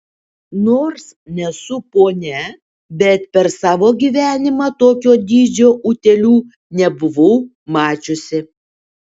nors nesu ponia bet per savo gyvenimą tokio dydžio utėlių nebuvau mačiusi